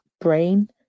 brain